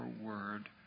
word